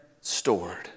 stored